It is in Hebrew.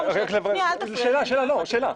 שאלה,